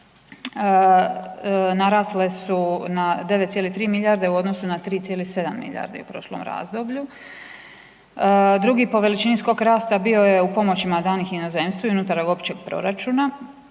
narasle su na 9,3 milijarde u odnosu na 3,7 milijardi u prošlom razdoblju. Drugi po veličini skok rasta bio je u pomoćima danih inozemstvu i unutar općeg proračuna,